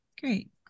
great